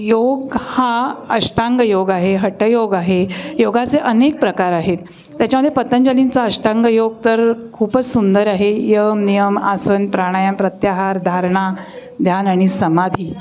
योग हा अष्टांग योग आहे हठयोग आहे योगाचे अनेक प्रकार आहेत त्याच्यामध्ये पतंजलींचा अष्टांगयोग तर खूपच सुंदर आहे यम नियम आसन प्राणायाम प्रत्याहार धारणा ध्यान आणि समाधी